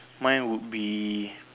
my would be